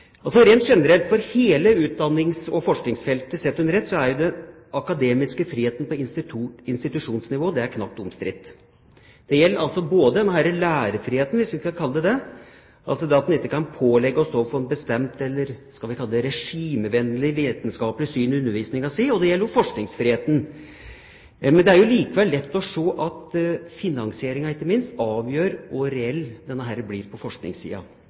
Rent generelt for hele utdannings- og forskningsfeltet sett under ett er den akademiske friheten på institusjonsnivå knapt omstridt. Det gjelder både lærerfriheten, hvis vi skal kalle det det – altså det at en ikke kan pålegges å stå for et bestemt eller, skal vi kalle det, regimevennlig vitenskapelig syn i undervisninga si – og det gjelder forskningsfriheten. Men det er likevel lett å se at finansieringa ikke minst avgjør hvor reell denne blir på forskningssida.